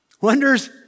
wonders